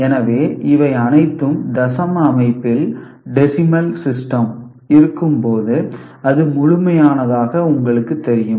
எனவே இவை அனைத்தும் தசம அமைப்பில் டெசிமல் சிஸ்டம் இருக்கும்போது அது முழுமையானதாக உங்களுக்குத் தெரியும்